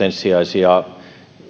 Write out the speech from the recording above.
ensisijaisia